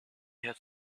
had